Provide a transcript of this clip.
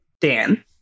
Dan